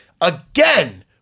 again